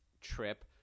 trip